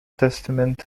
testament